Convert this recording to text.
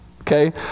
Okay